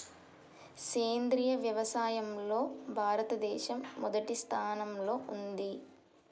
సేంద్రియ వ్యవసాయంలో భారతదేశం మొదటి స్థానంలో ఉంది